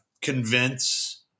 convince